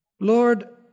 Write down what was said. Lord